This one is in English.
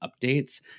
updates